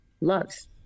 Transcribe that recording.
loves